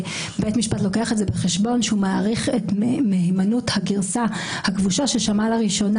בית משפט לוקח בחשבון כשהוא מעריך את מהימנות הגרסה הכבושה ששמע לראשונה